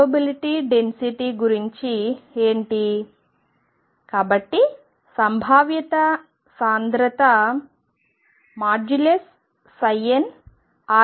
probability density సంభావ్యత సాంద్రత గురించి ఏమిటి